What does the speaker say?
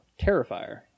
Terrifier